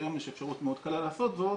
היום יש אפשרות מאוד קלה לעשות זאת,